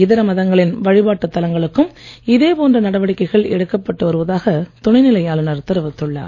இதர மதங்களின் வழிபாட்டுத் தலங்களுக்கும் இதே போன்ற நடவடிக்கைகள் எடுக்கப்பட்டு வருவதாக துணைநிலை ஆளுநர் தெரிவித்துள்ளார்